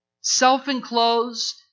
Self-enclosed